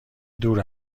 دور